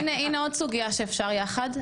הנה עוד סוגייה שאפשר לפתור יחד,